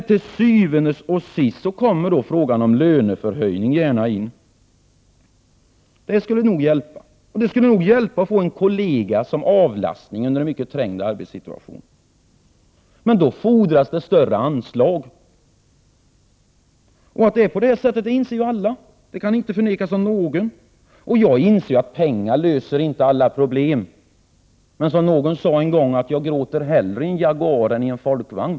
Till syvende och sist kommer dock frågan om löneförhöjning gärna in. Det skulle nog hjälpa att få en kollega till avlastning i en mycket trängd arbetssituation. Men då fordras det större anslag. Att det är på detta sätt inser alla. Det kan inte förnekas av någon. Jag inser att pengar inte löser alla problem, men som någon sade en gång: Jag gråter hellre i en Jaguar än i en Folkvagn.